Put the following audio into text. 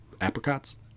apricots